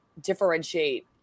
differentiate